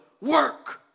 work